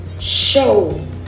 show